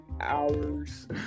hours